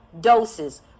doses